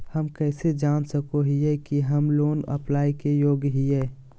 हम कइसे जान सको हियै कि हम लोन अप्लाई के योग्य हियै?